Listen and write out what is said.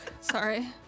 Sorry